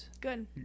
Good